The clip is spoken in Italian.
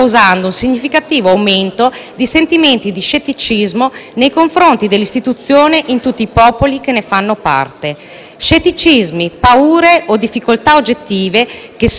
che ne fanno parte: scetticismi, paure o difficoltà oggettive che, se non adeguatamente governati, portano a scelte scellerate e potenzialmente disastrose.